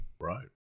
Right